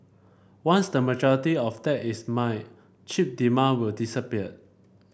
once the majority of that is mined chip demand will disappear